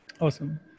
Awesome